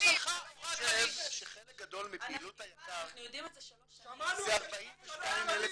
--- אני חושב שחלק גדול מפעילות היק"ר זה 42,000 מטופלים,